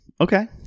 Okay